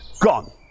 gone